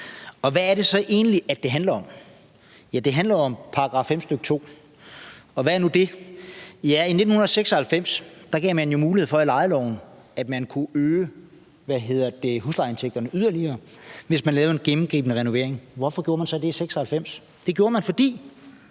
hvad er det så egentlig, det handler om? Ja, det handler om § 5, stk. 2 – og hvad er nu det? Ja, i 1996 gav man jo mulighed for i lejeloven, at man kunne øge huslejeindtægterne yderligere, hvis man lavede en gennemgribende renovering. Hvorfor gjorde man så det i 1996? Det gjorde man, fordi